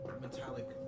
metallic